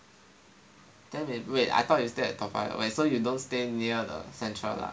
then they wait I thought you stay at Toa Payoh so you don't stay near the central lah